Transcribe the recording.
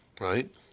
right